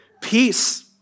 Peace